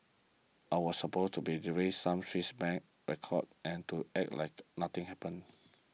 I was supposed to be delivering some Swiss Bank records and to act like nothing happened